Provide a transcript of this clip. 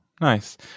Nice